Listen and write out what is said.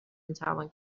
میتوان